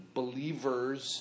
believers